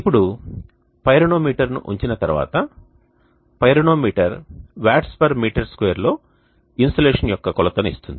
ఇప్పుడు పైరోనోమీటర్ను ఉంచిన తర్వాత పైరోనోమీటర్ వాట్స్ మీటర్ స్క్వేర్ లో ఇన్సోలేషన్ యొక్క కొలతను ఇస్తుంది